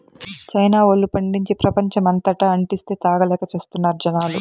China వోల్లు పండించి, ప్రపంచమంతటా అంటిస్తే, తాగలేక చస్తున్నారు జనాలు